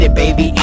baby